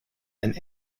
and